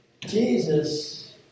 Jesus